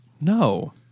no